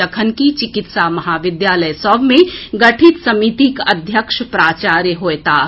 जखनकि चिकित्सा महाविद्यालय सभ मे गठित समितिक अध्यक्ष प्राचार्य होयताह